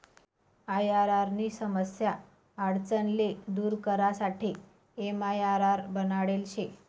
IRR नी समस्या आडचण ले दूर करासाठे एमआईआरआर बनाडेल शे